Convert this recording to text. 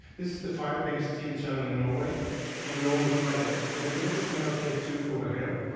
this is the five biggest tv channels in norway on a normal friday, and if you look at n r k two over here,